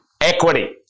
equity